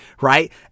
right